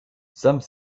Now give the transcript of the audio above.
some